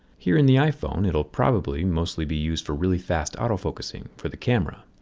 here in the iphone it'll probably mostly be used for really fast auto focusing for the camera.